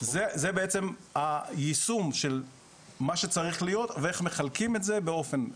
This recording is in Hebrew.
זה בעצם היישום של מה שצריך להיות וכיצד מחלקים את זה באופן כללי.